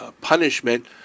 punishment